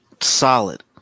solid